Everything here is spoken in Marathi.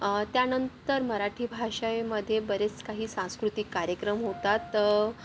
त्यानंतर मराठी भाषेमध्ये बरेच काही सांस्कृतिक कार्यक्रम होतात तर